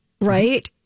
right